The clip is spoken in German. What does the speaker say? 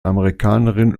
amerikanerin